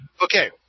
Okay